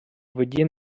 воді